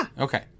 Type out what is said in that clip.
Okay